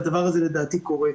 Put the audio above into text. והדבר זה, לדעתי, קורה.